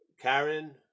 karen